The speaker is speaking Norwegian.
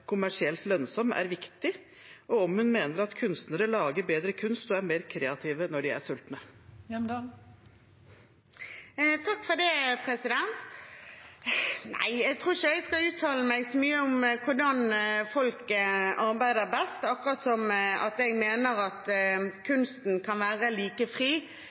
kommersielt lønnsom, er viktig, og om en mener at kunstnere lager bedre kunst og er mer kreative når de er sultne. Nei, jeg tror ikke jeg skal uttale meg så mye om hvordan folk arbeider best, akkurat som jeg mener at kunsten kan være like fri,